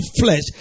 flesh